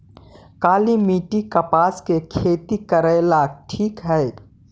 काली मिट्टी, कपास के खेती करेला ठिक हइ?